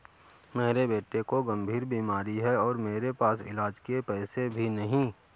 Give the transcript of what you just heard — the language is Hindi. मेरे बेटे को गंभीर बीमारी है और मेरे पास इलाज के पैसे भी नहीं